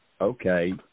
okay